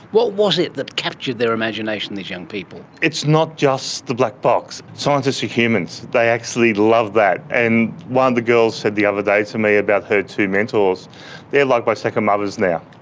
what was it that captured their imagination, these young people? it's not just the black box. scientists are humans, they actually love that. and one of the girls said the other day to me about her two mentors they're like my second mothers now,